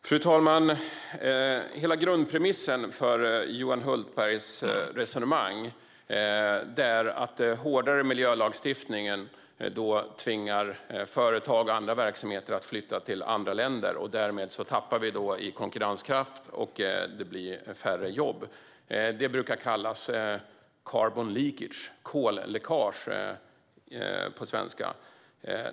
Fru talman! Hela grundpremissen för Johan Hultbergs resonemang är att hårdare miljölagstiftning tvingar företag och andra verksamheter att flytta till andra länder. Därmed tappar Sverige i konkurrenskraft, och det blir färre jobb. Det brukar kallas carbon leakage, kolläckage på svenska.